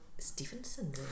Stevenson